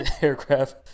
aircraft